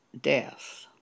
death